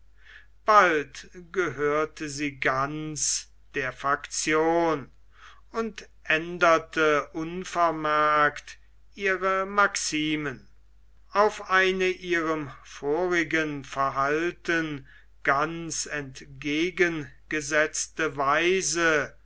bald gehörte sie ganz der faktion und änderte unvermerkt ihre maximen auf eine ihrem vorigen verhalten ganz entgegengesetzte weise